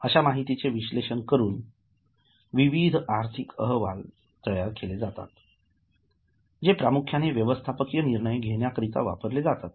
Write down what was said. अश्या माहीतींचे विश्लेषण करून विविध आर्थिक अहवाल तयार केले जातात जे प्रामुख्याने व्यवस्थापकीय निर्णय घेण्या करिता वापरले जातात